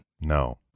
No